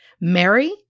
Mary